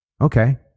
okay